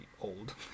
old